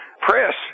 press